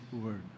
Word